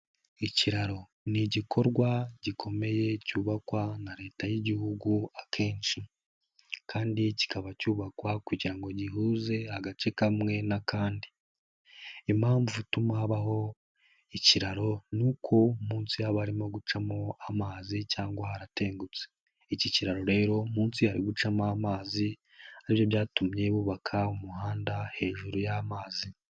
Ikiraro ni igikorwa gikomeye cyubakwa na Leta y'Igihugu akenshi kandi kikaba cyubakwa kugira ngo gihuze agace kamwe n'akandi, impamvu ituma habaho ikiraro ni uko munsi haba harimo gucamo amazi cyangwa haratengutse, iki kiraro rero munsi hari gucamo amazi ari byo byatumye bubaka umuhanda hejuru y'amazi.